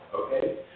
okay